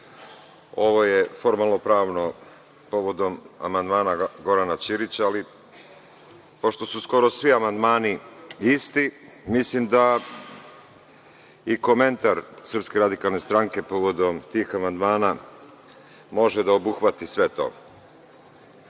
je formalnopravno povodom amandmana Gorana Ćirića, ali pošto su skoro svi amandmani isti, mislim da i komentar SRS povodom tih amandmana može da obuhvati sve to.